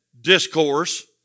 discourse